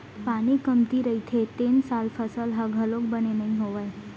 पानी कमती रहिथे तेन साल फसल ह घलोक बने नइ होवय